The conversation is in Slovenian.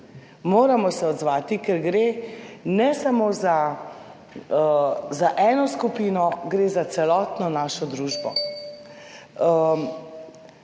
moramo se odzvati, ker gre ne samo za eno skupino, gre za celotno našo družbo.